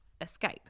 escape